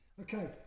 Okay